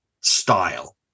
style